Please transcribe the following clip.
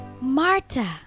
Marta